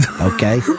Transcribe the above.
Okay